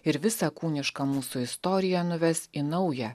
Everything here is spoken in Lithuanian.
ir visą kūnišką mūsų istoriją nuves į naują